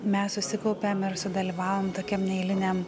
mes susikaupėm ir sudalyvavom tokiam neeiliniam